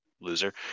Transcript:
loser